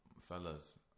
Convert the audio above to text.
fellas